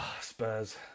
Spurs